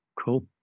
cool